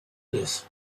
this